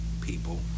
people